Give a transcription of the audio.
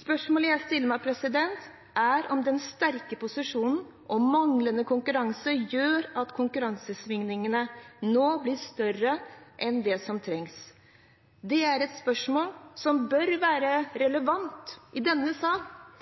Spørsmålet jeg stiller meg, er om den sterke posisjonen og manglende konkurransen gjør at konjunktursvingningene nå blir større enn det som trengs. Det er et spørsmål som bør være relevant i denne sal,